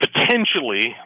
potentially